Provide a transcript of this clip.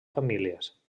famílies